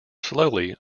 slowly